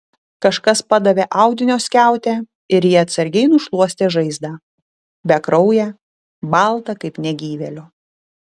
kažkas padavė audinio skiautę ir ji atsargiai nušluostė žaizdą bekrauję baltą kaip negyvėlio